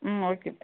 ಹ್ಞೂ ಓಕೆ